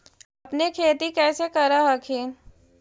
अपने खेती कैसे कर हखिन?